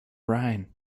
rhine